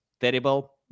terrible